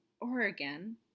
Oregon